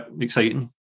exciting